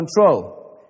control